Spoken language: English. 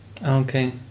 okay